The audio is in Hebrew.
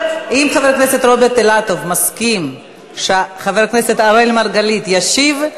אם חבר הכנסת רוברט אילטוב מסכים שחבר הכנסת אראל מרגלית ישיב,